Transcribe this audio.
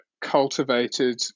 cultivated